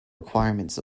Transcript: requirements